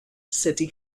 city